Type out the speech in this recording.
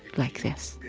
like this.